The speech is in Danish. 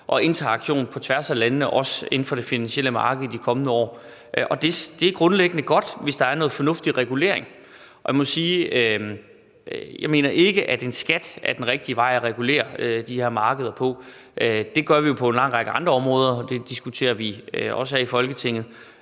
og interaktioner på tværs af landene, også inden for det finansielle marked, i de kommende år. Det er grundlæggende godt, hvis der er noget fornuftig regulering. Og jeg må sige, at jeg ikke mener, at en skat er den rigtige måde at regulere de her markeder på. Det gør vi jo på en lang række andre områder. Det diskuterer vi også her i Folketinget,